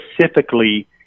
Specifically